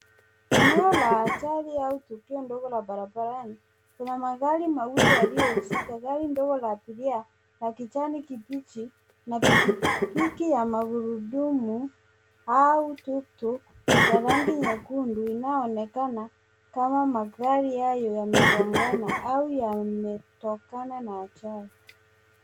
Eneo la ajali au tukio ndogo la barabarani. Kuna magari mawili yaliyohusika, gari dogo la abiria la kijani kibichi na pikipiki ya magurudumu au tuktuk ya rangi nyekundu inayoonekana kama magari haya yamegongana au yametokana na ajali.